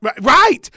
Right